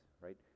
right